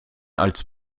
als